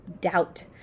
doubt